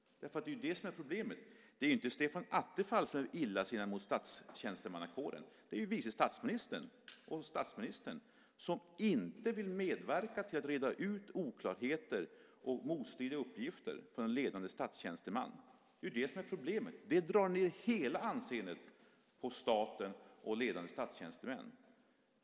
Det är det som är problemet. Det är inte Stefan Attefall som är illasinnad mot statstjänstemannakåren. Det är vice statsministern och statsministern som inte vill medverka till att reda ut oklarheter och motstridiga uppgifter från en ledande statstjänsteman. Det är det som är problemet. Det drar ned hela anseendet för staten och ledande statstjänstemän.